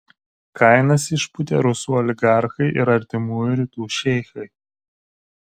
kainas išpūtė rusų oligarchai ir artimųjų rytų šeichai